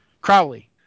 Crowley